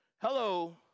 Hello